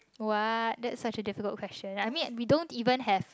!wah! that such a difficult question I mean we don't even have